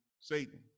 Satan